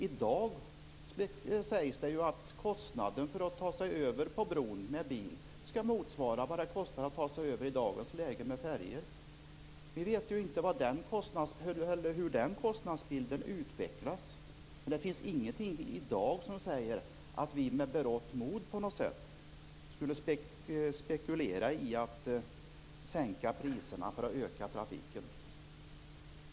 I dag sägs att kostnaden för att ta sig över bron med bil skall motsvara vad det i dag kostar att ta sig över med färja. Vi vet inte hur den kostnadsbilden utvecklas. Men det finns ingenting i dag som säger att vi med berått mod skulle spekulera i att sänka priserna för att öka trafiken.